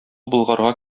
болгарга